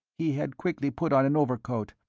he had quickly put on an overcoat.